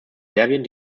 serbien